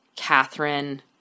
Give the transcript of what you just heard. Catherine